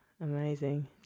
Amazing